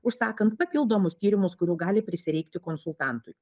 užsakant papildomus tyrimus kurių gali prisireikti konsultantui